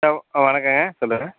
ஆ ஆ வணக்கங்க சொல்லுங்கள்